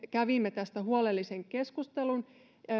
kävimme tästä huolellisen keskustelun